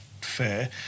fair